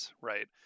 right